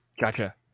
Gotcha